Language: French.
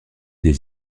des